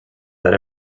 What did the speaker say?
that